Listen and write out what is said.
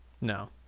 no